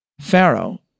Pharaoh